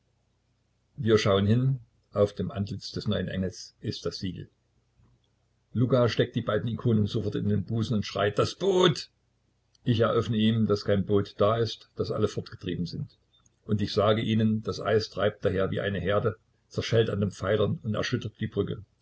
wir schauen hin auf dem antlitz des neuen engels ist das siegel luka steckt die beiden ikonen sofort in den busen und schreit das boot ich eröffne ihm daß kein boot da ist daß alle fortgetrieben sind und ich sage ihnen das eis treibt daher wie eine herde zerschellt an den pfeilern und erschüttert die brücke